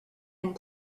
and